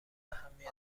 اهمیت